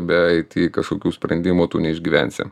be it kažkokių sprendimų tu neišgyvensi